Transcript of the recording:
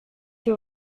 que